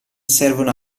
servono